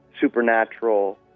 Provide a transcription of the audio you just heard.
supernatural